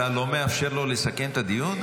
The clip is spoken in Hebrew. אתה לא מאפשר לו לסכם את הדיון?